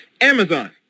amazon